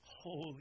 Holy